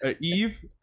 Eve